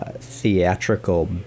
theatrical